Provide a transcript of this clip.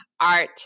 art